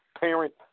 parent